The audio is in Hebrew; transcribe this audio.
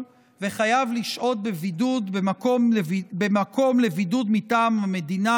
וחייב לשהות בבידוד במקום לבידוד מטעם המדינה,